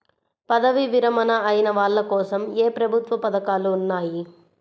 పదవీ విరమణ అయిన వాళ్లకోసం ఏ ప్రభుత్వ పథకాలు ఉన్నాయి?